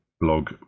blog